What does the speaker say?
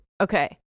okay